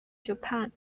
japan